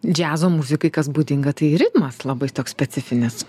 džiazo muzikai kas būdinga tai ritmas labai toks specifinis